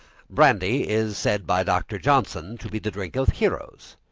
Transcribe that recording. brandy is said by dr. johnson to be the drink of heroes.